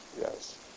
Yes